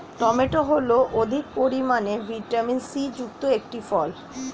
tomato হল অধিক পরিমাণে ভিটামিন সি যুক্ত একটি ফল